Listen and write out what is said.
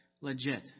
legit